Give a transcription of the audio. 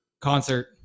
Concert